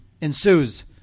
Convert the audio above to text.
ensues